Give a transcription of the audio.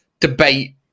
debate